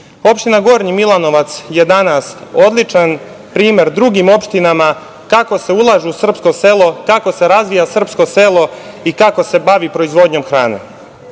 Gornji Milanovac je danas odličan primer drugim opštinama kako se ulaže u srpsko selo, kako se razvija srpsko selo i kako se bavi proizvodnjom hrane. Ono